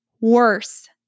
worse